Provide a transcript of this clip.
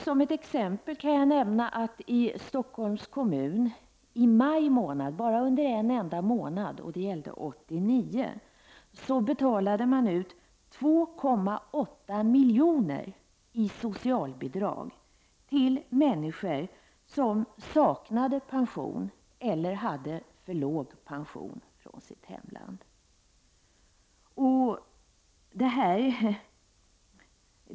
Som ett exempel kan jag nämna att i Stockholms kommun under maj månad 1989 — bara under en enda månad — betalades det 2,8 milj.kr.som socialbidrag till människor som saknade pension eller hade för låg pension från sina hemländer.